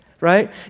right